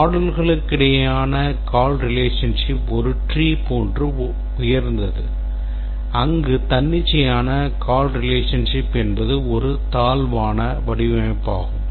moduleகளுக்கிடையேயான call relationship ஒரு tree போன்று உயர்ந்தது அங்கு தன்னிச்சையான call relationship என்பது ஒரு தாழ்வான வடிவமைப்பாகும்